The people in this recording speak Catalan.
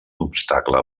obstacle